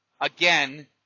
again